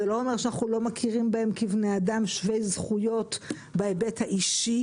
זה לא אומר שאנחנו לא מכירים בהם כבני אדם שווי זכויות בהיבט האישי